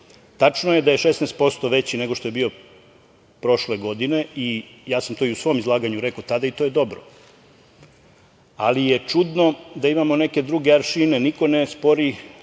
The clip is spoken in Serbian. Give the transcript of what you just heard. je da je 16% veći nego što je bio prošle godine. Ja sam to i u svom izlaganju rekao tada i to je dobro, ali je čudno da imamo neke druge aršine. Niko ne spori